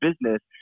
business